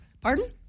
Pardon